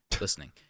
listening